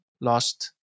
lost